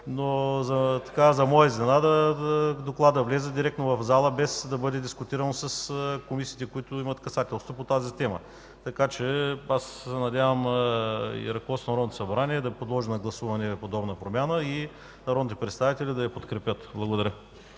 но за моя изненада докладът влезе директно в залата, без да бъде дискутиран с комисиите, които имат касателство по тази тема. Надявам се ръководството на Народното събрание да подложи на гласуване подобна промяна и народните представители да я подкрепят. Благодаря.